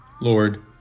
Lord